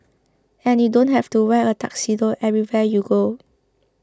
and you don't have to wear a tuxedo everywhere you go